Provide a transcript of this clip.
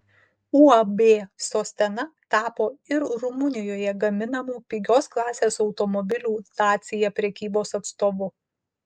uab sostena tapo ir rumunijoje gaminamų pigios klasės automobilių dacia prekybos atstovu